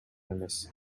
эмес